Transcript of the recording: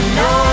no